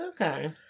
Okay